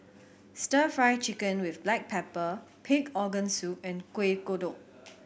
Stir Fry Chicken with black pepper pig organ soup and Kuih Kodok